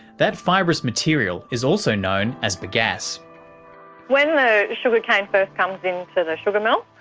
that fibrous material is also known as bagasse. when the sugarcane first comes in to the sugar mill,